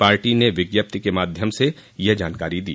party ने विज्ञप्ति के माध्यम से यह जानकारी दी